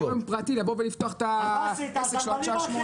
אתה לא יכול לחייב גורם פרטי לפתוח את העסק שלו עד השעה שמונה.